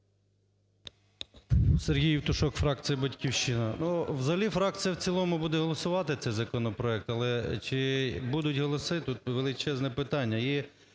Сергій Євтушок, фракція "Батьківщина". Ну, взагалі фракція в цілому буде голосувати цей законопроект, але чи будуть голоси – тут величезне питання.